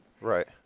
Right